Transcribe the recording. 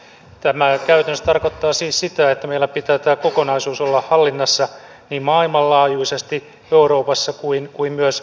tämä käytännössä tarkoittaa siis sitä että meillä pitää tämä kokonaisuus olla hallinnassa niin maailmanlaajuisesti euroopassa kuin myös suomessa